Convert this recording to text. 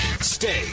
Stay